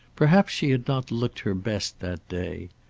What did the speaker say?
perhaps she had not looked her best that day.